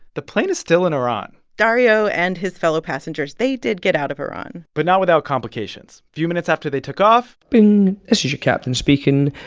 the plane is still in iran dario and his fellow passengers they did get out of iran but not without complications. few minutes after they took off. bing. this is your captain speaking.